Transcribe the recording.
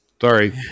Sorry